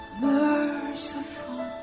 Merciful